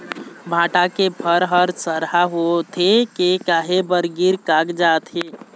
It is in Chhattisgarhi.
भांटा के फर हर सरहा होथे के काहे बर गिर कागजात हे?